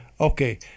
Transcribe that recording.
Okay